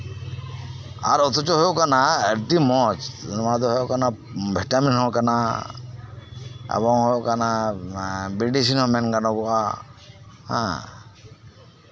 ᱟᱨ ᱚᱛᱷᱚᱪᱚ ᱦᱩᱭᱩᱜ ᱠᱟᱱᱟ ᱟᱹᱰᱤ ᱢᱚᱡᱽ ᱵᱷᱤᱴᱟᱢᱤᱱ ᱦᱚᱸ ᱠᱟᱱᱟ ᱮᱵᱚᱝ ᱢᱮᱱ ᱜᱟᱱᱚᱜᱼᱟ ᱢᱮᱰᱤᱥᱤᱱ ᱦᱚᱸ ᱢᱮᱱ ᱜᱟᱱᱚᱜᱼᱟ